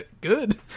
good